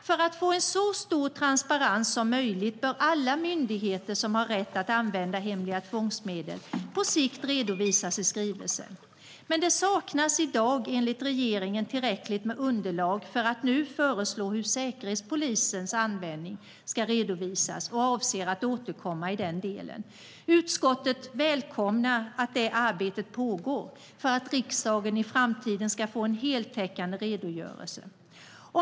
För att få en så stor transparens som möjligt bör alla myndigheter som har rätt att använda hemliga tvångsmedel på sikt redovisas i skrivelsen. Men det saknas i dag enligt regeringen tillräckligt med underlag för att nu föreslå hur Säkerhetspolisens användning ska redovisas, och man avser att återkomma i den delen. Utskottet välkomnar att detta arbete pågår för att riksdagen i framtiden ska få en heltäckande redogörelse.